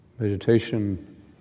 Meditation